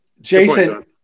Jason